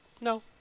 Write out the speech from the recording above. No